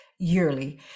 yearly